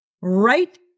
right